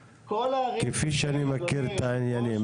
כפי שאני מכיר את העניינים.